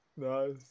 Nice